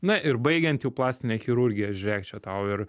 na ir baigiant jau plastine chirurgija žiūrėk čia tau ir